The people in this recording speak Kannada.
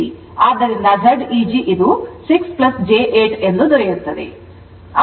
ಆದ್ದರಿಂದ Zeg ಇದು 6 j 8 ಎಂದು ದೊರೆಯುತ್ತದೆ